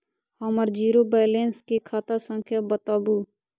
हमर zero balance के खाता संख्या बतबु?